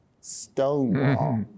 Stonewall